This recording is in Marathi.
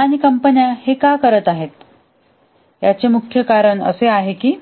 आणि कंपन्या हे का करत आहेत याचे मुख्य कारण आहे की